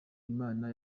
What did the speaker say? imana